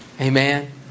Amen